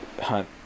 hunt